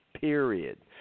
period